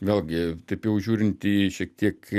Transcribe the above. vėlgi taip jau žiūrint į šiek tiek